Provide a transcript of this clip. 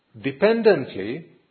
Dependently